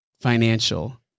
financial